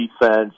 defense